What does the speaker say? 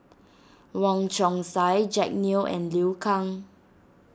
Wong Chong Sai Jack Neo and Liu Kang